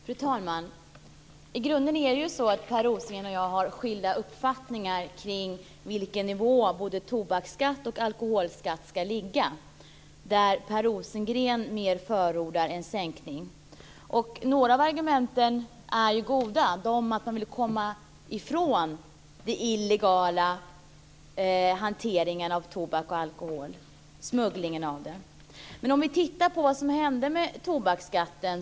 Fru talman! I grunden har Per Rosengren och jag skilda uppfattningar om på vilken nivå både alkoholoch tobaksskatten ska ligga. Per Rosengren förordar en sänkning. Några av argumenten är goda, t.ex. att man vill komma ifrån den illegala hanteringen och smugglingen av tobak och alkohol. Vi kan titta närmare på vad som hände med tobaksskatten.